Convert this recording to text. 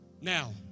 Now